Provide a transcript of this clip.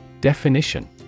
Definition